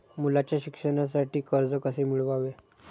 मुलाच्या शिक्षणासाठी कर्ज कसे मिळवावे?